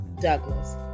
Douglas